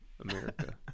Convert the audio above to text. America